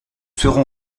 serons